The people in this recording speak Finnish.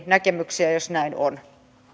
näkemyksiä jos näin on